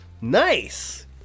nice